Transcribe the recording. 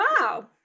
wow